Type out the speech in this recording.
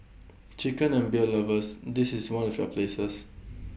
chicken and beer lovers this is one of your places